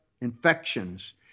infections